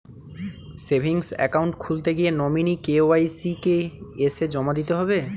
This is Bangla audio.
সেভিংস একাউন্ট খুলতে গিয়ে নমিনি কে.ওয়াই.সি কি এসে জমা দিতে হবে?